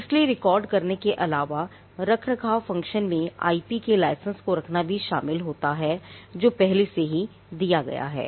इसलिएरिकॉर्ड रखने के अलावा रखरखाव फ़ंक्शन में आईपी के लाइसेंस को रखना भी शामिल है जो पहले से ही दी गया है